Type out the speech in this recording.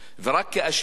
ורק כאשר